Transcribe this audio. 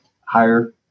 higher